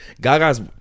Gaga's